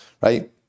right